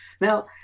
Now